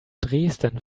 dresden